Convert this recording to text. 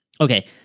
Okay